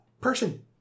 person